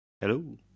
Hello